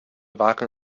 waren